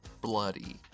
Bloody